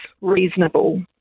reasonable